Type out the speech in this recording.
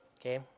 okay